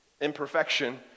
imperfection